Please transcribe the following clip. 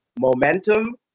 momentum